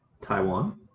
Taiwan